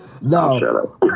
No